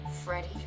Freddie